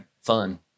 fun